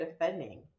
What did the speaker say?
defending